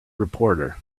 reporter